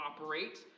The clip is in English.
operate